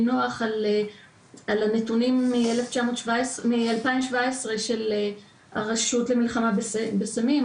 נח על הנתונים מ-2017 של הרשות למלחמה בסמים,